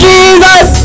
Jesus